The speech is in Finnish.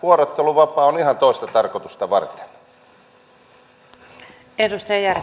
vuorotteluvapaa on ihan toista tarkoitusta varten